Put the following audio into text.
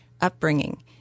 upbringing